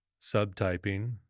Subtyping